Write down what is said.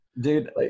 Dude